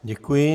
Děkuji.